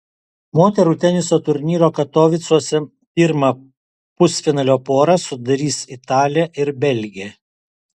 moterų teniso turnyro katovicuose pirmą pusfinalio porą sudarys italė ir belgė